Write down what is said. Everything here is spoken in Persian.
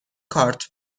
کارت